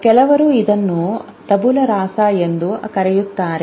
ಕೆಲವರು ಇದನ್ನು "tabula rasa" ಎಂದು ಕರೆಯುತ್ತಾರೆ